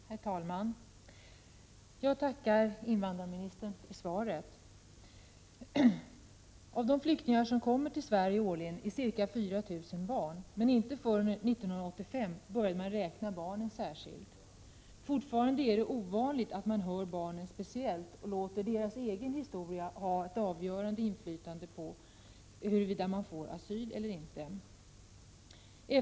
Herr talman! Jag tackar invandrarministern för svaret. Av de flyktingar som kommer till Sverige årligen är ca 4 000 barn. Men inte förrän 1985 började man räkna barnen särskilt. Det är fortfarande ovanligt att man hör barnen speciellt och låter deras egen historia ha ett avgörande inflytande på huruvida de får asyl eller inte.